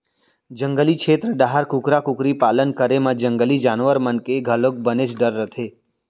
जंगली छेत्र डाहर कुकरा कुकरी पालन करे म जंगली जानवर मन के घलोक बनेच डर रथे